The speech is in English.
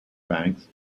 banks